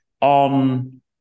on